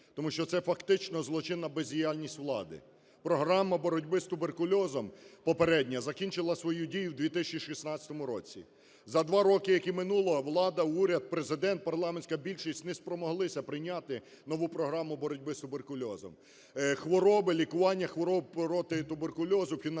тому що це фактично злочинна бездіяльність влади. Програма боротьби з туберкульозом попередня закінчила свою дію у 2016 році. За 2 роки, які минули, влада, уряд, Президент, парламентська більшість не спромоглися прийняти нову програму боротьби з туберкульозом. Хвороби, лікування хвороб проти туберкульозу фінансується